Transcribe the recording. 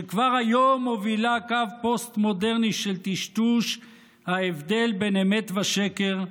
שכבר היום מובילה קו פוסט-מודרני של טשטוש ההבדל בין אמת לשקר,